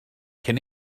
cyn